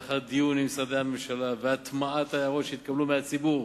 לאחר דיון עם משרדי הממשלה והטמעת ההערות שהתקבלו מהציבור